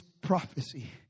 prophecy